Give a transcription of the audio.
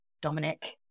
Dominic